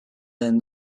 then